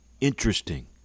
INTERESTING